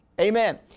Amen